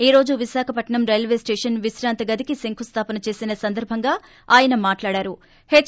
ఈ రోజు విశాఖపట్నం రైల్వేస్టేషన్ విశ్రాంత గదికి శంకుస్లాపన చేసిన సందర్భంగా ఆయన మాట్లాడుతూ హెచ్